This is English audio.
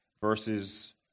verses